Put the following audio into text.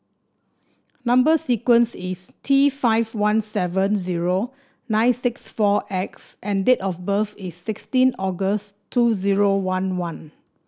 number sequence is T five one seven zero nine six four X and date of birth is sixteen August two zero one one